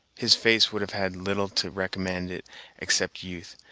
his face would have had little to recommend it except youth,